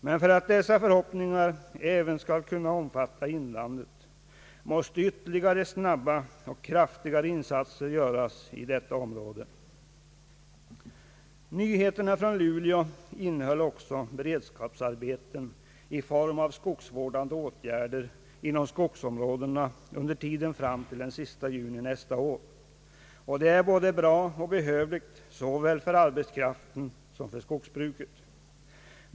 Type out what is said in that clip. Men för att dessa förhoppningar även skall kunna omfatta inlandet, måste ytterligare snabba Allmänpolitisk debatt och kraftigare insatser göras i detta område. Nyheterna från Luleå innehöll också beredskapsarbeten i form av skogsvårdande åtgärder inom skogsområdena under tiden fram till den sista juni nästa år, och detta är både bra och behövligt såväl för arbetskraften som för skogsbruket.